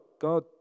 God